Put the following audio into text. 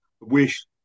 wish